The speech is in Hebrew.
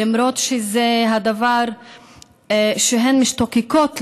למרות שזה הדבר שהן משתוקקות לו,